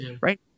right